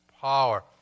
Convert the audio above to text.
power